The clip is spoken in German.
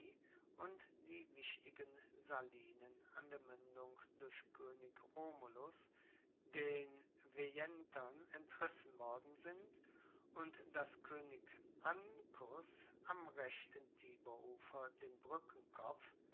und die wichtigen salinen an der muendung durch koenig romulus den veientern entrissen worden sind und dass koenig ancus am rechten tiberufer den brueckenkopf